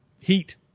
Heat